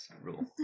rule